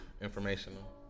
informational